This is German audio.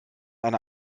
eine